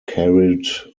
carried